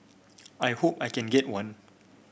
I hope I can get one